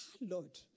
Lord